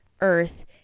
earth